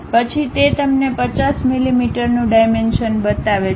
પછી તે તમને 50 મીમીનું ડાયમેન્શન બતાવે છે